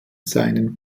seinen